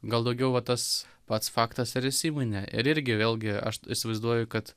gal daugiau va tas pats faktas ir įsiminė ir irgi vėlgi aš įsivaizduoju kad